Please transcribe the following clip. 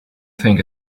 think